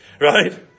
right